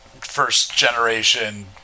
first-generation